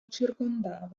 circondava